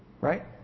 Right